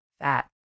fat